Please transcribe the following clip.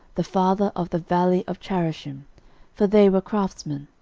the father of the valley of charashim for they were craftsmen.